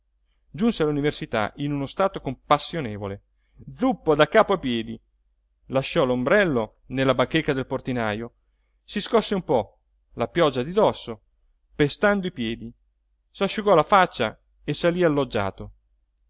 giunse all'università in uno stato compassionevole zuppo da capo a piedi lasciò l'ombrello nella bacheca del portinajo si scosse un po la pioggia di dosso pestando i piedi s'asciugò la faccia e salí